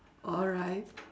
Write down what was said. alright